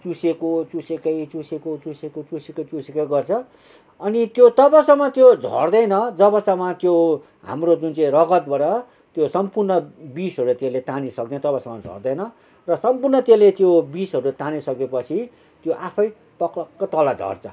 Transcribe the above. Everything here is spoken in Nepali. चुसेको चुसेकै चुसेको चुसेकै चुसेको चुसेकै गर्छ अनि त्यो तबसम्म त्यो झर्दैन जबसम्म त्यो हाम्रो जुन चाहिँ रगतबाट त्यो सम्पूर्ण विषहरू त्यसले तानिसक्दैन तबसम्म झर्दैन र सम्पूर्ण त्यसले त्यो विषहरू तानिसके पछि त्यो आफै पक्लक्क तल झर्छ